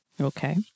Okay